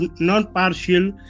non-partial